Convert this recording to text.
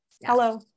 hello